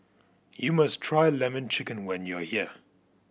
you must try Lemon Chicken when you are here